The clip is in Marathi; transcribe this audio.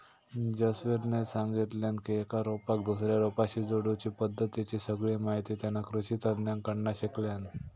जसवीरने सांगितल्यान की एका रोपाक दुसऱ्या रोपाशी जोडुची पद्धतीची सगळी माहिती तेना कृषि तज्ञांकडना शिकल्यान